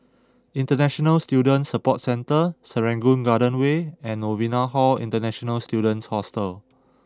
international Student Support Centre Serangoon Garden Way and Novena Hall International Students Hostel